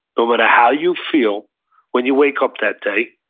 no matter how you feel when you wake up that day.